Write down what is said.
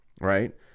right